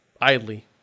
idly